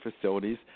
facilities